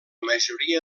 majoria